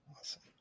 Awesome